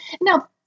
now